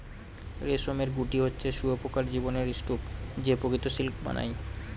রেশমের গুটি হচ্ছে শুঁয়োপকার জীবনের স্তুপ যে প্রকৃত সিল্ক বানায়